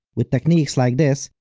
with techniques like this,